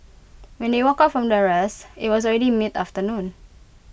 when they woke up from their rest IT was already mid afternoon